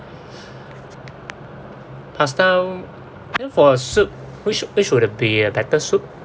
pasta then for the soup which which would it be a better soup